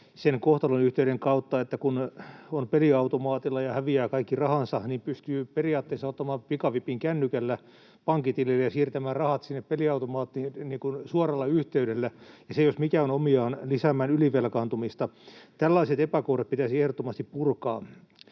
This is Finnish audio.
sen kohtalonyhteyden kautta, että kun on peliautomaatilla ja häviää kaikki rahansa, niin pystyy periaatteessa ottamaan pikavipin kännykällä pankkitilille ja siirtämään rahat sinne peliautomaattiin suoralla yhteydellä, ja se jos mikä on omiaan lisäämään ylivelkaantumista. Tällaiset epäkohdat pitäisi ehdottomasti purkaa.